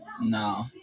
no